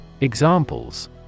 Examples